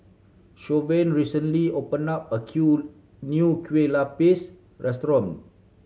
Shavonne recently opened a kueh new lupis restaurant